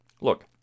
Look